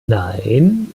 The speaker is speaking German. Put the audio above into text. nein